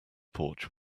porch